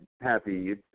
happy